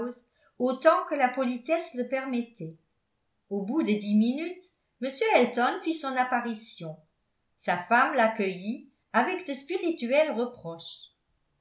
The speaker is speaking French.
autant que la politesse le permettait au bout de dix minutes m elton fit son apparition sa femme l'accueillit avec de spirituels reproches